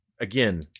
Again